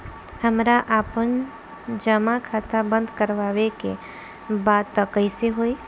हमरा आपन जमा खाता बंद करवावे के बा त कैसे होई?